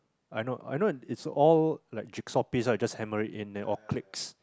I know I know its all like jigsaw piece then you just hammer it in then all clicks